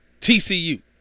TCU